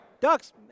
ducks